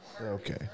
Okay